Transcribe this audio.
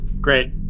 Great